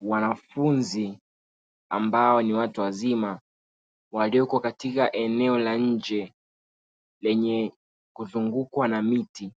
Wanafunzi ambao ni watu wazima walioko katika eneo la nje lenye kuzungukwa na miti,